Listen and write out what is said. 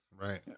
Right